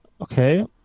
Okay